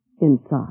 Inside